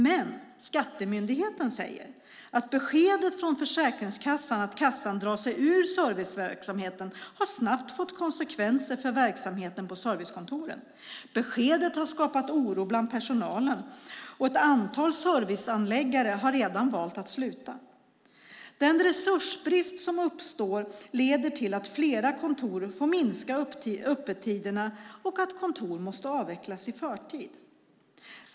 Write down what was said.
Men Skattemyndigheten säger att beskedet från Försäkringskassan om att kassan drar sig ur servicesamverkan snabbt har fått konsekvenser för verksamheten på servicekontoren. Beskedet har skapat oro bland personalen, och ett antal servicehandläggare har redan valt att sluta. Den resursbrist som uppstår leder till att flera kontor får minska öppettiderna och att kontor måste avvecklas i förtid.